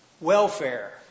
welfare